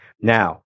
Now